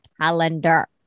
calendar